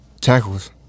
tackles